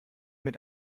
mit